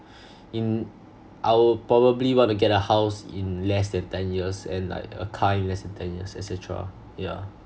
in I will probably want to get a house in less than ten years and like a car in less than ten years et cetera yeah